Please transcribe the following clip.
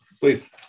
please